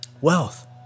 wealth